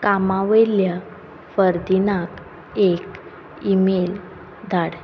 कामा वयल्या फर्दिनाक एक इमेल धाड